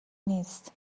نیست